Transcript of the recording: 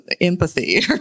empathy